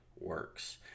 works